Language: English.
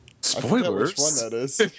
Spoilers